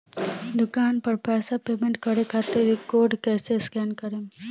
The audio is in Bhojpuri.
दूकान पर पैसा पेमेंट करे खातिर कोड कैसे स्कैन करेम?